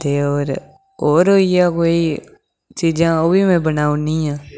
ते होर होर होई गेआ कोई चीजां ओह् बी बनाई ओड़नी आं